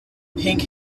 pink